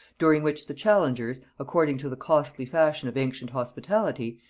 during which the challengers, according to the costly fashion of ancient hospitality,